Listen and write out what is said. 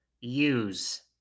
use